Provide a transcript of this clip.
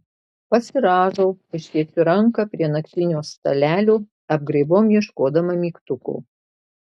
pasirąžau ištiesiu ranką prie naktinio stalelio apgraibom ieškodama mygtuko